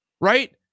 right